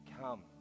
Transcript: come